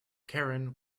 karen